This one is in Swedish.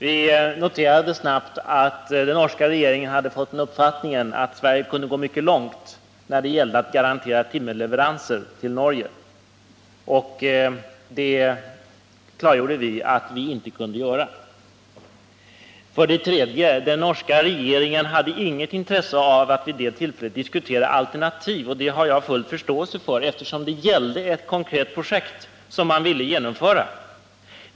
Vi noterade snabbt att den norska regeringen hade fått uppfattningen att Sverige kunde gå mycket långt när det gällde att garantera timmerleveranser till Norge. Det klargjorde vi att vi inte kunde göra. 3. Den norska regeringen hade inget intresse av att vid det tillfället diskutera alternativ, och det har jag full förståelse för, eftersom det gällde ett konkret projekt som man ville genomföra.